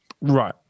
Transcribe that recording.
right